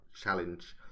challenge